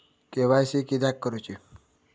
KYC किदयाक करूची?